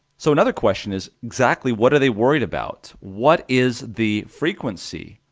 so another question is exactly what are they worried about? what is the frequency?